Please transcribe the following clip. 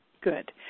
Good